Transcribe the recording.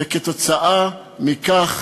וכתוצאה מכך